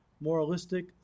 moralistic